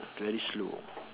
very slow